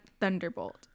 thunderbolt